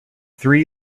three